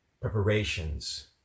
preparations